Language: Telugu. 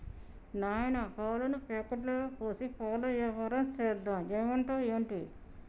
నాయనా పాలను ప్యాకెట్లలో పోసి పాల వ్యాపారం సేద్దాం ఏమంటావ్ ఏంటి